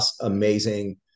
amazing